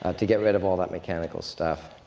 ah to get rid of all that mechanical stuff.